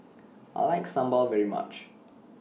I like Sambal very much